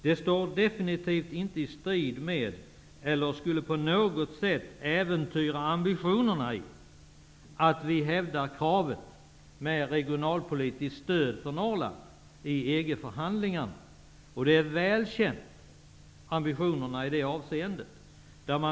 Det står definitivt inte i strid med eller skulle på något sätt äventyra ambitionerna i de krav på regionalpolitiskt stöd för Norrland som vi hävdar i EG-förhandlingarna. Våra ambitioner i det avseendet är väl kända.